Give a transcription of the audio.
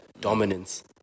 dominance